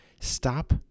Stop